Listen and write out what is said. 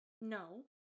No